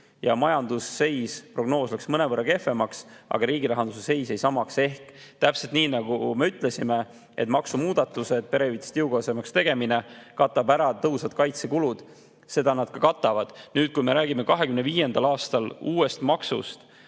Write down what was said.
Majandusseisu prognoos läks mõnevõrra kehvemaks, aga riigi rahanduse seis jäi samaks. Ehk täpselt nii, nagu me ütlesime, et maksumuudatused ja perehüvitiste jõukohasemaks tegemine katab ära tõhusad kaitsekulud, seda need ka katavad. Me räägime 2025. aastaks uuest maksust